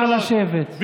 נא לשבת.